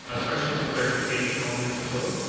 ah questions of clarification, alderman chabot.